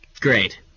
Great